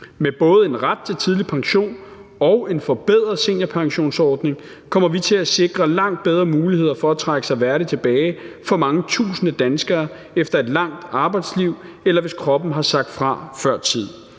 Med både en ret til tidlig pension og en forbedret seniorpensionsordning kommer vi til at sikre langt bedre muligheder for at trække sig værdigt tilbage for mange tusinde danskere efter et langt arbejdsliv, eller hvis kroppen har sagt fra før tid,